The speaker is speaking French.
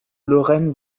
lorraine